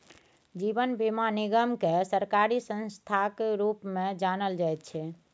जीवन बीमा निगमकेँ सरकारी संस्थाक रूपमे जानल जाइत छै